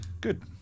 good